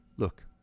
Look